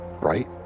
right